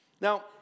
Now